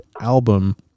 album